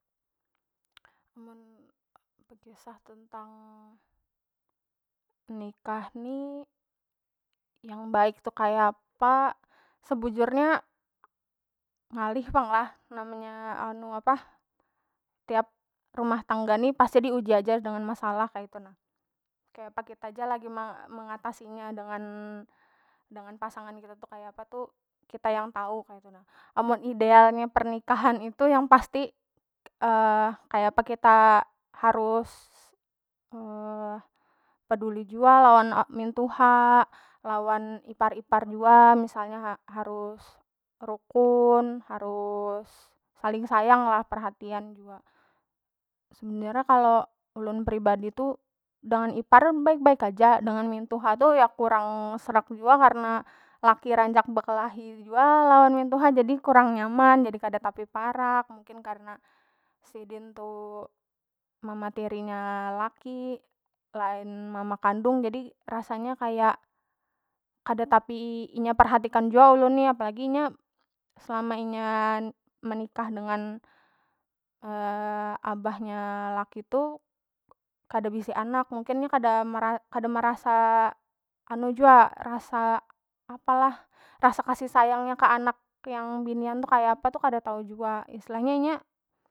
Mun bekisah tentang nikah ni yang baik tu kaya apa, sebujurnya ngalih pang lah namanya anu apah tiap rumah tangga ni pasti di uji aja lawan masalah kaitu nah, kaya apa kita ja lagi me- mengatasi nya dengan- dengan pasangan kita tu kaya apa tu kita yang tau kaitu nah amun idealnya pernikahan itu yang pasti kaya apa kita harus peduli jua lawan mintuha lawan ipar- ipar jua misalnya harus rukun harus saling sayang lah perhatian jua kalo ulun pribadi tu dengan ipar baik baik aja dengan mintuha tu ya kurang srek jua karna laki rancak bekelahi jua lawan mintuha jadi kurang nyaman jadi kada tapi parak mungkin karna sidin tu mama tirinya laki lain mama kandung jadi rasanya kaya kada tapi inya perhatikan jua ulun ni apalagi inya selama inya menikah dengan abahnya laki tu kada bisi anak mungkin nya kada mera kada merasa anu jua rasa apalah rasa kasih sayang nya ke anak yang binian tu kaya apa tu kada tau jua istilahnya inya.